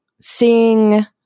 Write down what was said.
seeing